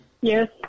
Yes